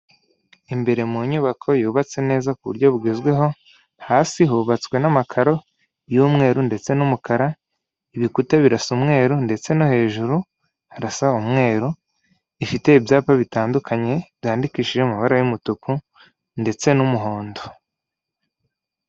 Imbere mu nyubako yubatse neza ku buryo bugezweho, hasi hubatswe n'amakaro y'umweru ndetse n'umukara, ibikuta birasa umweru ndetse no hejuru harasa umweru, ifite ibyapa bitandukanye byandikishijeho amabara y'umutuku, ndetse n'umuhondo.